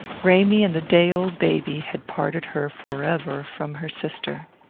ramy and the day-old baby had parted her forever from her sister.